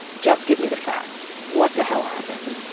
just give me the facts. what the hell happened?